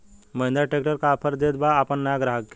Mahindra tractor का offer देत बा अपना नया ग्राहक के?